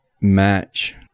match